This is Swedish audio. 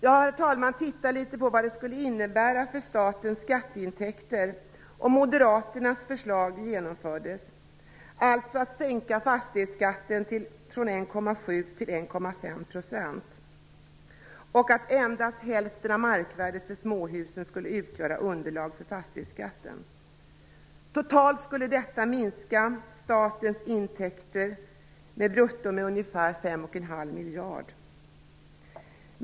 Jag har tittat litet närmare på vad det skulle innebära för statens skatteintäkter om moderaternas förslag genomfördes, alltså att sänka fastighetsskatten från 1,7 % till 1,5 % och att endast hälften av markvärdet för småhusen skulle utgöra underlag för fastighetsskatten. Totalt skulle detta minska statens intäkter med ungefär 5 1⁄2 miljard brutto.